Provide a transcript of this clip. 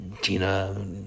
Tina